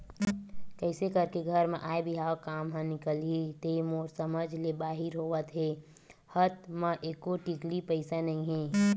कइसे करके घर म आय बिहाव काम ह निकलही ते मोर समझ ले बाहिर होवत हे हात म एको टिकली पइसा नइ हे